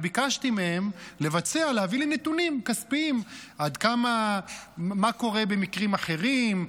וביקשתי מהם להביא לי נתונים כספיים: מה קורה במקרים אחרים,